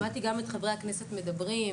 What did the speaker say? שמעתי גם את חברי הכנסת מדברים,